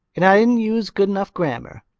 and i didn't use good enough grammar.